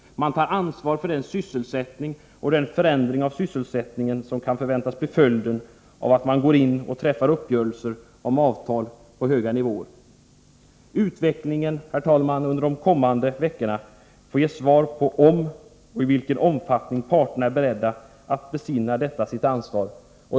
Man tar ansvar för den sysselsättning och den förändring av sysselsättningen som kan väntas bli följden av att man går in och träffar uppgörelser om avtal på höga nivåer. Utvecklingen under de kommande veckorna får ge svar på frågan om och i vilken omfattning parterna är beredda att besinna detta sitt ansvar.